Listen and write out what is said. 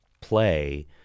play